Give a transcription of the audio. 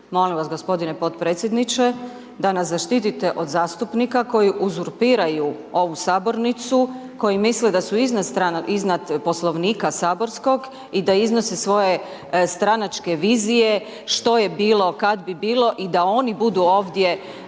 molim vas gospodine potpredsjedniče da nas zaštitite od zastupnika koji uzurpiraju ovu sabornicu, koji misle da su iznad Poslovnika saborskog i da iznose svoje stranačke vizije, što je bilo kad bi bilo i da oni budu ovdje